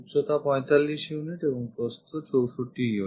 উচ্চতা 45 units এবং প্রস্থ 64 units